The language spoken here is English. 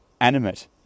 animate